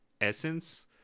essence